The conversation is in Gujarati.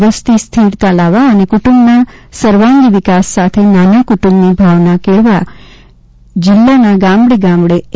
વસતી સ્થિરતા લાવવા અને કુટુંબના સર્વાંગી વિકાસ સાથે નાના કુટુંબની ભાવવા કેળવવા જિલ્લાના ગામડે ગામડે એ